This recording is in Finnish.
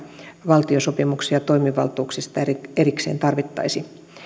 valtiosopimuksia toimivaltuuksista erikseen tarvittaisi